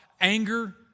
anger